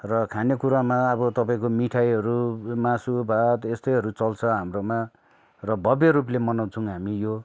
र खानेकुरामा अब तपाईँको मिठाईहरू मासु भात यस्तैहरू चल्छ हाम्रोमा र भव्य रूपले मनाउँछौँ हामी यो